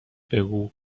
بگو